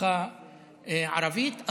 משפחה ערבית,